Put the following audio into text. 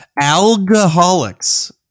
Alcoholics